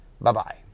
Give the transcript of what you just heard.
Bye-bye